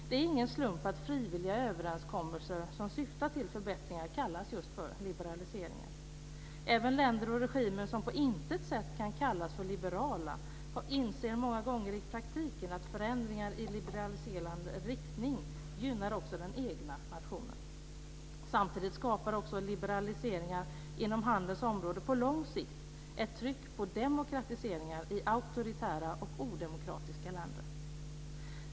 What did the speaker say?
Det är ingen slump att frivilliga överenskommelser som syftar till förbättringar kallas just för liberaliseringar. Även länder och regimer som på intet sätt kan kallas för liberala inser många gånger i praktiken att förändringar i liberaliserande riktning gynnar också den egna nationen. Samtidigt skapar även liberaliseringar inom handelns område på lång sikt ett tryck på demokratiseringar i auktoritära och odemokratiska länder.